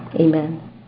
Amen